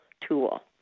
tool